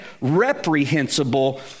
reprehensible